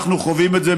אנחנו חווים את זה.